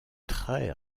très